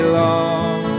long